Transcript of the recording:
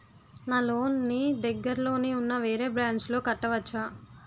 నా లోన్ నీ దగ్గర్లోని ఉన్న వేరే బ్రాంచ్ లో కట్టవచా?